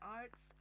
arts